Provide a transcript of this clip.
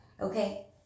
okay